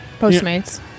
Postmates